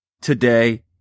Today